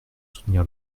soutenir